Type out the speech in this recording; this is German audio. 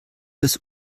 des